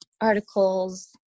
articles